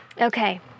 Okay